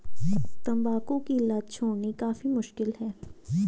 तंबाकू की लत छोड़नी काफी मुश्किल है